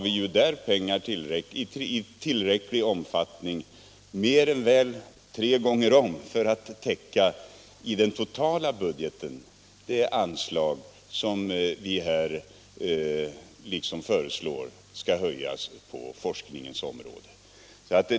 Vi har därigenom mer än tre gånger om täckning i den totala budgeten för den anslagshöjning som vi föreslår på forskningsområdet.